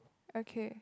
okay